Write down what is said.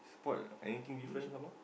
spot anything different some more